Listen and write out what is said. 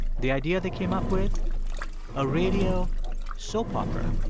the idea they came up with a radio soap opera